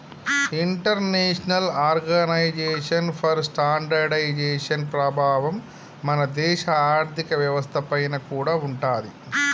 international organisation for standardisation ప్రభావం మన దేశ ఆర్ధిక వ్యవస్థ పైన కూడా ఉంటాది